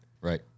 right